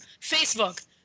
Facebook